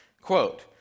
Quote